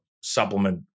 supplement